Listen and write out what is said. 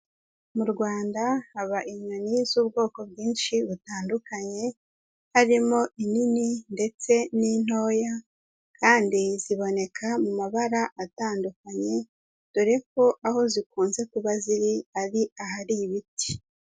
Mu Rwanda haba inyoni z'ubwoko bwinshi butandukanye, harimo inini ndetse n'intoya kandi ziboneka mu mabara atandukanye, dore ko aho zikunze kuba ziri ari ahari ibiti.